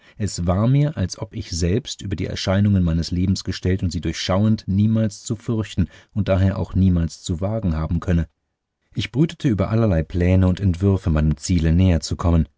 es war mir als ob ich selbst über die erscheinungen meines lebens gestellt und sie durchschauend niemals zu fürchten und daher auch niemals zu wagen haben könne ich brütete über allerlei pläne und entwürfe meinem ziele näher zu kommen